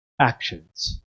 actions